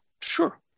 Sure